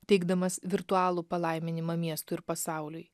teikdamas virtualų palaiminimą miestui ir pasauliui